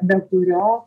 be kurio